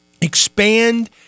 Expand